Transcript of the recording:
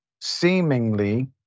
seemingly